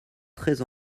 très